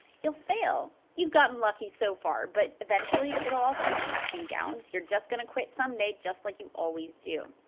you'll fail. you've gotten lucky so far, but eventually it will all come crashing down. you're just gonna quit someday, just like you always do.